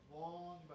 long